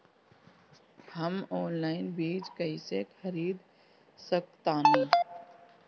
हम ऑनलाइन बीज कईसे खरीद सकतानी?